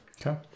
Okay